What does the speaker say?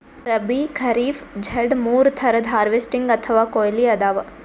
ರಬ್ಬೀ, ಖರೀಫ್, ಝೆಡ್ ಮೂರ್ ಥರದ್ ಹಾರ್ವೆಸ್ಟಿಂಗ್ ಅಥವಾ ಕೊಯ್ಲಿ ಅದಾವ